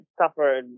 suffered